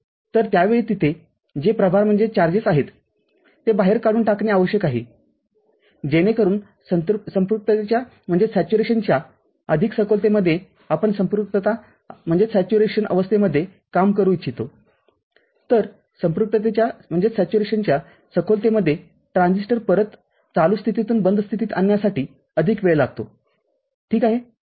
तरत्या वेळी तिथे जे प्रभारआहेत ते बाहेर काढून टाकणे आवश्यक आहे जेणेकरून संपृक्ततेच्या अधिक सखोलतेमध्ये आपण संपृक्तताअवस्थेमध्ये काम करू इच्छितोतरसंपृक्ततेच्या सखोलतेमध्ये ट्रान्झिस्टर परत चालू स्थितीतून बंद स्थितीत आणण्यासाठी अधिक वेळ लागतो ठीक आहे